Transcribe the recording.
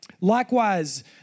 Likewise